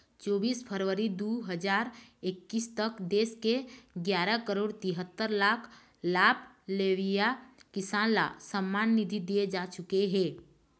चोबीस फरवरी दू हजार एक्कीस तक देश के गियारा करोड़ तिहत्तर लाख लाभ लेवइया किसान ल सम्मान निधि दिए जा चुके हे